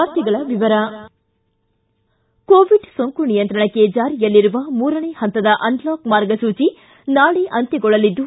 ವಾರ್ತೆಗಳ ವಿವರ ಕೊರೊನಾ ಸೋಂಕು ನಿಯಂತ್ರಣಕ್ಕೆ ಜಾರಿಯಲ್ಲಿರುವ ಮೂರನೇ ಹಂತದ ಅನ್ಲಾಕ್ ಮಾರ್ಗಸೂಚಿ ನಾಳೆ ಅಂತ್ಜಗೊಳ್ಳಲಿದ್ದು